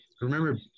Remember